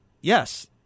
yes